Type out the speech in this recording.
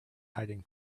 hiding